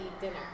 dinner